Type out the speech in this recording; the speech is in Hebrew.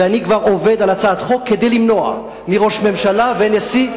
ואני כבר עובד על הצעת חוק כדי למנוע מראש ממשלה ונשיא,